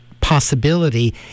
possibility